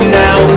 now